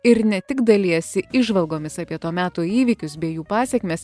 ir ne tik dalijasi įžvalgomis apie to meto įvykius bei jų pasekmes